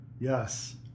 Yes